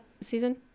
season